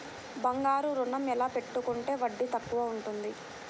బంగారు ఋణం ఎలా పెట్టుకుంటే వడ్డీ తక్కువ ఉంటుంది?